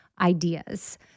ideas